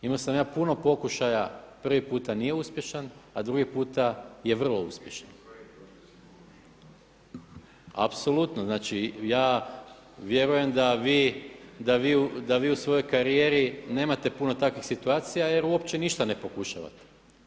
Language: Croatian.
Imao sam ja puno pokušaja, prvi puta nije uspješan a drugi puta je vrlo uspješan. … [[Upadica se ne čuje.]] Apsolutno ja vjerujem da vi u svojoj karijeri nemate puno takvih situacija jer uopće ništa ne pokušavate.